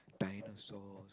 dinosaur